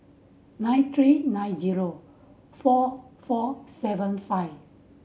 nine three nine zero four four seven five